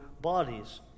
bodies